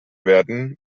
werden